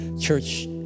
church